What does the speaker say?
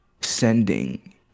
sending